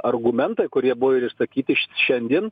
argumentai kurie buvo ir išsakyti š šiandien